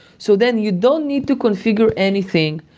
so then you don't need to configure anything.